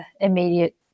immediate